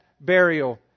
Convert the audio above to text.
burial